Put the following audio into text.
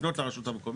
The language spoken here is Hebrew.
לפנות לרשות המקומית.